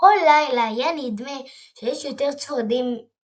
ובכל לילה היה נדמה שיש יותר צפרדעים משהיו בלילה הקודם.